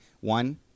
one